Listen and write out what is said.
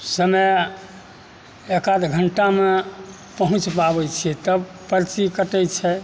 समय एक आध घण्टामे पहुँच पाबय छियै तब पर्ची कटय छै